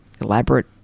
elaborate